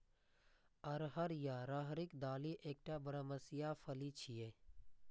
अरहर या राहरिक दालि एकटा बरमसिया फली छियै